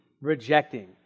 rejecting